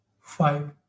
five